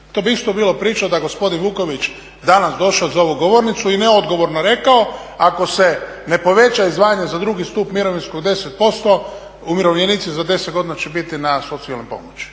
To bi isto bilo priča da je gospodin Vuković danas došao za ovu govornicu i neodgovorno rekao ako se ne poveća izdvajanje za drugi stup mirovinskog 10% umirovljenici za 10 godina će biti na socijalnoj pomoći.